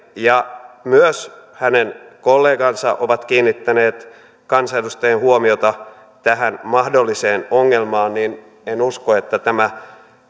ja myös hänen kollegansa ovat kiinnittäneet kansanedustajien huomiota tähän mahdolliseen ongelmaan niin en usko että tämä